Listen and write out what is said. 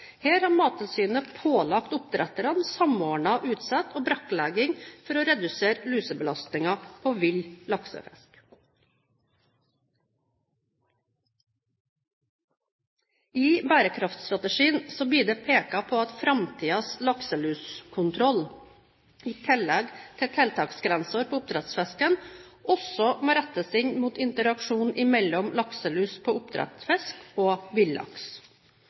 Her har Mattilsynet pålagt oppdretterne samordnet utsett og brakklegging for å redusere lusebelastningen på vill laksefisk. I bærekraftstrategien blir det pekt på at framtidens lakseluskontroll, i tillegg til tiltaksgrenser på oppdrettsfisken, også må rettes inn mot interaksjon mellom lakselus på oppdrettsfisk og villaks.